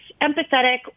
empathetic